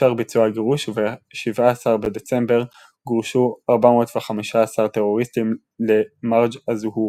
אושר ביצוע הגירוש וב-17 בדצמבר גורשו 415 טרוריסטים למרג' א-זוהור,